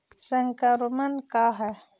संक्रमण का है?